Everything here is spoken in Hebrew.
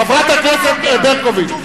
חברת הכנסת ברקוביץ,